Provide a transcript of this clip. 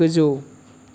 गोजौ